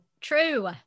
true